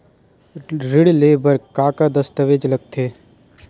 ऋण ले बर का का दस्तावेज लगथे?